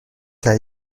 سعی